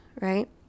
right